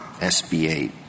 SBA